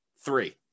three